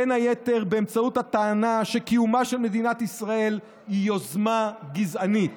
בין היתר באמצעות הטענה שקיומה של מדינת ישראל היא יוזמה גזענית,